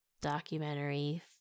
documentary